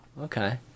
Okay